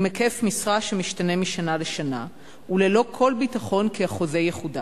בהיקף משרה שמשתנה משנה לשנה וללא כל ביטחון כי החוזה יחודש.